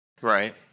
right